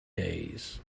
days